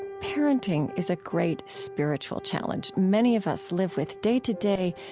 parenting is a great spiritual challenge many of us live with day to day.